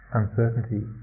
uncertainty